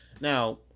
Now